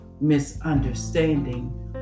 misunderstanding